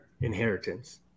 inheritance